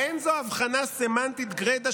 האם אין זו הבחנה סמנטית גרידא,